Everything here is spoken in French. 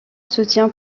soutient